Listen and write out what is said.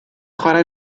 chwarae